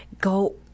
go